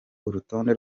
urutonde